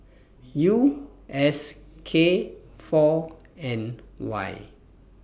U S K four N Y